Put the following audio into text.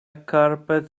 carpet